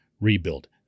rebuild